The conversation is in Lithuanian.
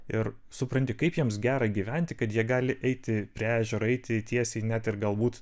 ir supranti kaip jiems gera gyventi kad jie gali eiti prie ežero eiti tiesiai net ir galbūt